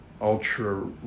ultra